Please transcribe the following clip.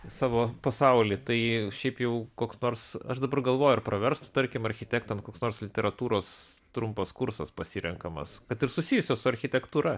savo pasauly tai šiaip jau koks nors aš dabar galvoju ar praverstų tarkim architektam koks nors literatūros trumpas kursas pasirenkamas kad ir susijusio su architektūra